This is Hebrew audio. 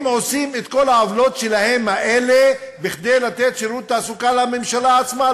הם עושים את כל העוולות האלה שלהם כדי לתת שירות תעסוקה לממשלה עצמה,